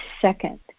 second